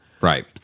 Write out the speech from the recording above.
Right